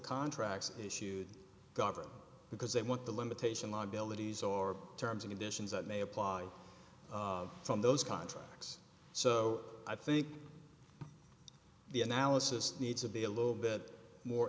contracts are issued government because they want the limitation liabilities or terms and conditions that may apply from those contracts so i think the analysis needs to be a little bit more